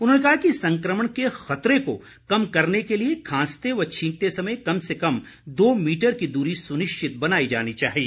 उन्होंने कहा कि संक्रमण के खतरे को कम करने के लिए खांसते व छींकते समय कम से कम दो मीटर की दूरी सुनिश्चित बनाई जानी चाहिए